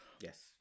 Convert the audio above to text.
Yes